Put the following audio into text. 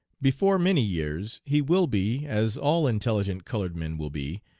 before many years he will be, as all intelligent colored men will be,